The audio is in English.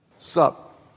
sup